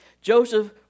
Joseph